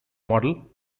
model